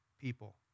people